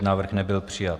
Návrh nebyl přijat.